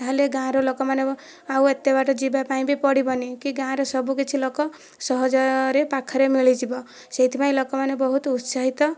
ତାହେଲେ ଗାଁର ଲୋକମାନେ ଆଉ ଏତେ ବାଟ ଯିବା ପାଇଁ ପଡ଼ିବନି କି ଗାଁରେ ସବୁକିଛି ଲୋକ ସହଜରେ ପାଖରେ ମିଳିଯିବ ସେଇଥିପାଇଁ ଲୋକମାନେ ବହୁତ ଉତ୍ସାହିତ